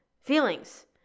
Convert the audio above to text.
feelings